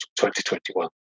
2021